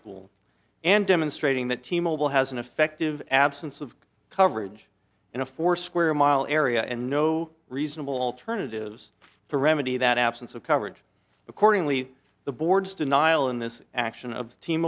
school and demonstrating that team mobile has an effective absence of coverage in a four square mile area and no reasonable alternatives to remedy that absence of coverage accordingly the board's denial in this action of t